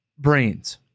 brains